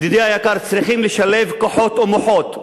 ידידי היקר, צריכים לשלב כוחות ומוחות.